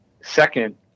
Second